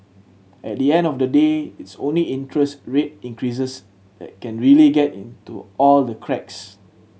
at the end of the day it's only interest rate increases that can really get into all the cracks